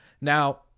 now